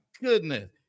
goodness